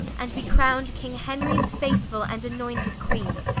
and be crown'd king henries faithfull and annointed queene.